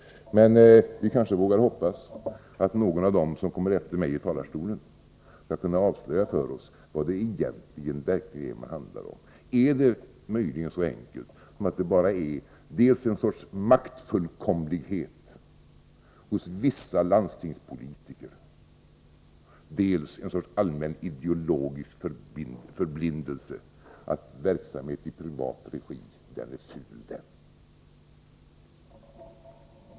Men vi kanske vågar hoppas att någon av dem som kommer efter mig i talarstolen skall avslöja för oss vad det verkligen handlar om. Är det möjligen så enkelt att det bara är dels en sorts maktfullkomlighet hos vissa landstingspolitiker, dels en sorts allmän ideologisk förblindelse att verksamhet i privat regi är ful.